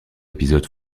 épisodes